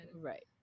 Right